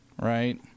right